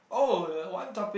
oh the one topic